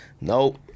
Nope